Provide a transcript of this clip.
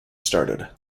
started